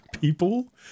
people